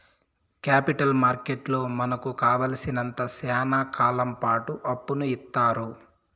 capital మార్కెట్లో మనకు కావాలసినంత శ్యానా కాలంపాటు అప్పును ఇత్తారు